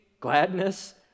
gladness